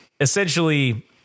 essentially